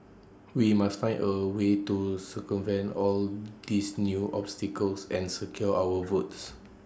we must find A way to circumvent all these new obstacles and secure our votes